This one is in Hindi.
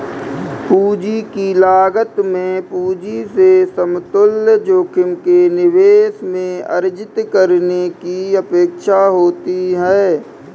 पूंजी की लागत में पूंजी से समतुल्य जोखिम के निवेश में अर्जित करने की अपेक्षा होती है